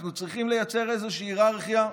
אנחנו צריכים לייצר איזושהי היררכיה.